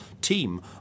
team